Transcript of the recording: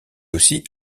aussi